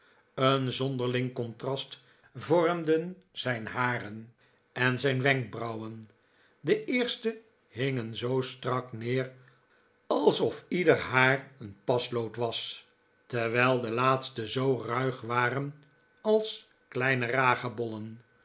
een zonderling contrast vormden zijn haren en zijn wenkbrauwen de eerste hingen zoo strak neer alsof ieder haar een paslood was terwijl de laatste zoo ruig waren als kleine ragebollen